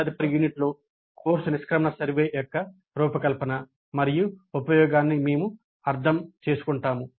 తదుపరి యూనిట్లో కోర్సు నిష్క్రమణ సర్వే యొక్క రూపకల్పన మరియు ఉపయోగాన్ని మేము అర్థం చేసుకుంటాము